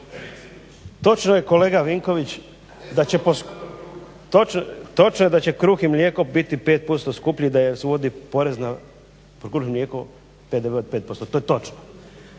Točno je kolega Vinkoviću da će poskupiti, da će kruh i mlijeko biti 5% skuplji i da se uvodi porez na kruh i mlijeko 5% to je točno,